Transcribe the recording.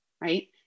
right